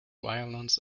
violins